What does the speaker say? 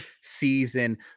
season